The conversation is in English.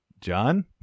John